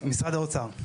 משרד האוצר.